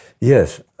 Yes